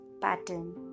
pattern